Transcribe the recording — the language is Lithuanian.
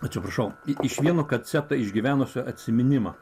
atsiprašau iš vieno koncepto išgyvenusio atsiminimą